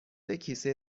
کیسه